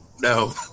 No